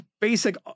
basic